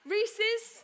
Reese's